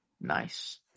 nice